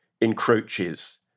encroaches